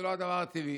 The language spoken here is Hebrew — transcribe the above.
זה לא הדבר הטבעי.